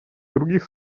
других